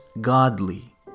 godly